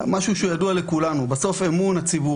משהו שידוע לכולנו בסוף אמון הציבור